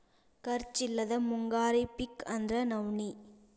ಖರ್ಚ್ ಇಲ್ಲದ ಮುಂಗಾರಿ ಪಿಕ್ ಅಂದ್ರ ನವ್ಣಿ